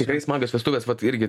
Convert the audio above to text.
tikrai smagios vestuvės vat irgi